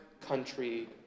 country